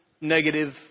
negative